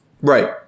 Right